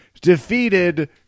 defeated